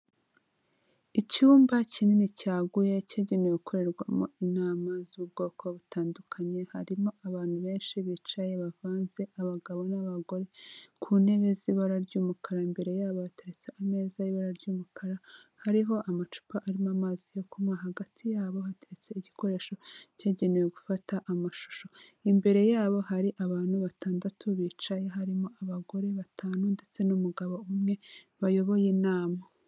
Icyumba kinini cyaguye cyagenewe gukorerwamo inama z'ubwoko butandukanye, harimo abantu benshi bicaye bavanze, abagabo n'abagore, ku ntebe z'ibara ry'umukara, imbere yabo hateretse ameza y'ibara ry'umukara, hariho amacupa arimo amazi yo kunywa, hagati yabo hateretse igikoresho cyagenewe gufata amashusho, imbere yabo hari abantu batandatu bicaye, harimo abagore batanu ndetse n'umugabo umwe bayoboye inama.